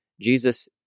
Jesus